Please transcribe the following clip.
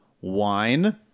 wine